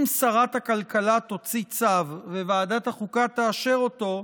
אם שרת הכלכלה תוציא צו וועדת החוקה תאשר אותו,